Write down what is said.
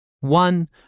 One